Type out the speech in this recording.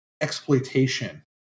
exploitation